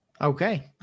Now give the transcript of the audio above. Okay